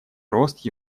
рост